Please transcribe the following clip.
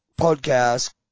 podcast